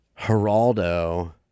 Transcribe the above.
Geraldo